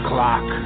Clock